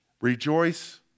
Rejoice